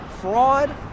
fraud